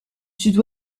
sud